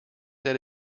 that